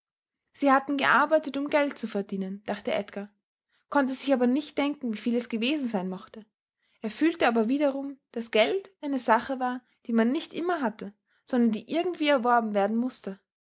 sie hatten gearbeitet um geld zu verdienen dachte edgar konnte sich aber nicht denken wieviel es gewesen sein mochte er fühlte aber wiederum daß geld eine sache war die man nicht immer hatte sondern die irgendwie erworben werden mußte